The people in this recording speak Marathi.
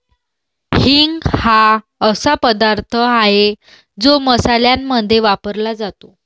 हिंग हा असा पदार्थ आहे जो मसाल्यांमध्ये वापरला जातो